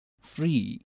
free